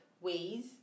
ways